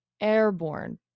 Airborne